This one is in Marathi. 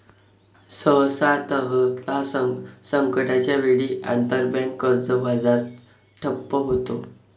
सहसा, तरलता संकटाच्या वेळी, आंतरबँक कर्ज बाजार ठप्प होतो